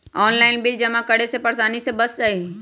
Online bill जमा करे से परेशानी से बच जाहई?